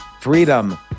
Freedom